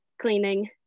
cleaning